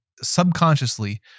subconsciously